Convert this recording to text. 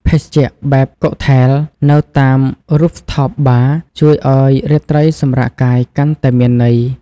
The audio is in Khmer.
ភេសជ្ជៈបែបកុកថែល នៅតាម Rooftop Bar ជួយឱ្យរាត្រីសម្រាកកាយកាន់តែមានន័យ។